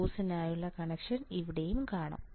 സോഴ്സിനായുള്ള connection ഇവിടെ കാണാം